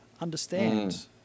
understand